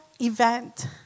event